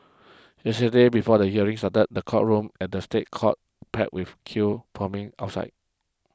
yesterday before the hearing started the courtroom at the State Courts packed with queue forming outside